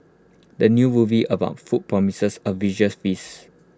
the new movie about food promises A visuals feasts